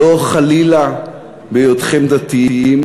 לא חלילה בהיותכם דתיים.